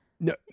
No